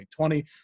2020